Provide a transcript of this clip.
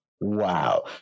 Wow